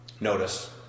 notice